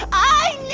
i